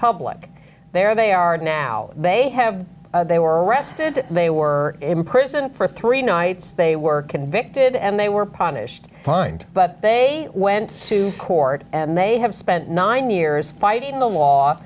public there they are now they have they were arrested they were imprisoned for three nights they were convicted and they were punished fined but they went to court and they have spent nine years fighting the law